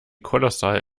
kolossal